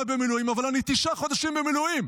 במילואים: אבל אני תשעה חודשים במילואים.